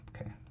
okay